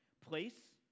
Place